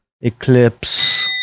eclipse